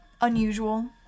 unusual